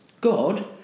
God